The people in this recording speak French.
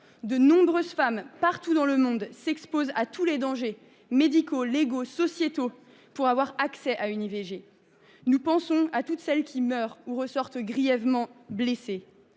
De nombreuses femmes partout dans le monde s’exposent à tous les dangers – médicaux, légaux, sociétaux… – pour avoir accès à une IVG. Nous pensons à toutes celles qui meurent ou sont grièvement blessées.